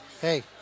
hey